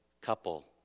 couple